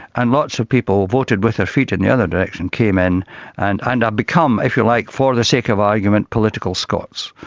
and lots of people voted with their feet in the other direction, came in and have and become, if you like, for the sake of argument, political scots,